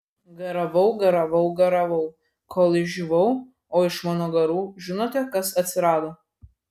garavau garavau garavau kol išdžiūvau o iš mano garų žinote kas atsirado